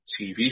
TV